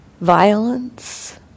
violence